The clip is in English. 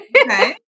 Okay